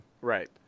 Right